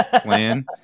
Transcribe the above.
plan